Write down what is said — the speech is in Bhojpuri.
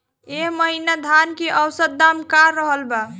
एह महीना धान के औसत दाम का रहल बा?